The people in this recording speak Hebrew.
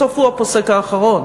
שבסוף הוא הפוסק האחרון,